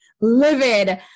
livid